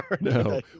No